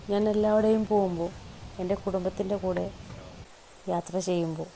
ഞാനെല്ലാവിടെയും പോകുമ്പോൾ എൻ്റെ കുടുംബത്തിൻ്റെ കൂടെ യാത്ര ചെയ്യുമ്പോൾ